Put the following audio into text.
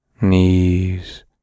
knees